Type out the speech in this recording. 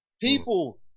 People